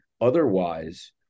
otherwise